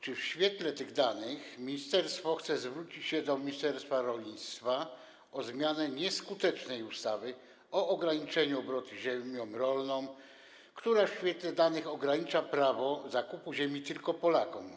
Czy w świetle tych danych ministerstwo chce zwrócić się do ministerstwa rolnictwa o zmianę nieskutecznej ustawy o ograniczeniu obrotu ziemią rolną, która w świetle danych ogranicza prawo zakupu ziemi tylko Polakom?